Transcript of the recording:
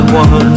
one